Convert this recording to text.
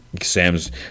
Sam's